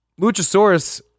Luchasaurus